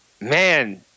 man